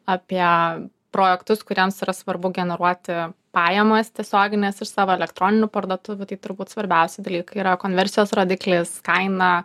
apie projektus kuriems yra svarbu generuoti pajamas tiesiogines iš savo elektroninių parduotuvių tai turbūt svarbiausi dalykai yra konversijos rodiklis kaina